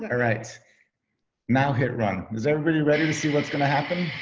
right now hit run. is everybody ready to see what's gonna happen?